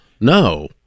No